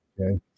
Okay